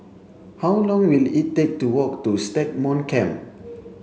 how long will it take to walk to Stagmont Camp